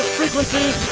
frequencies.